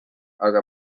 aga